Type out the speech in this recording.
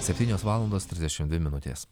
septynios valandos trisdešimt dvi minutės